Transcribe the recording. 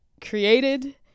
created